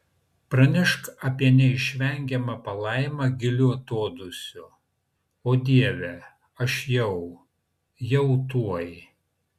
pranešk apie neišvengiamą palaimą giliu atodūsiu o dieve aš jau jau tuoj